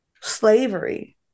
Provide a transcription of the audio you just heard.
slavery